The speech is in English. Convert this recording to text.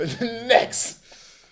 Next